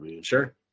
Sure